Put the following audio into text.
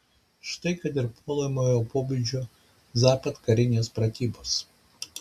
štai kad ir puolamojo pobūdžio zapad karinės pratybos